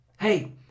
hey